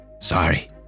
Sorry